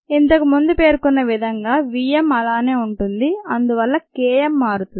ఇంతకు ముందు పేర్కొన్నవిధంగా v m అలానే ఉంటుంది అందువల్ల K m మారుతుంది